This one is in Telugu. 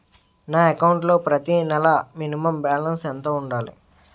నా అకౌంట్ లో ప్రతి నెల మినిమం బాలన్స్ ఎంత ఉండాలి?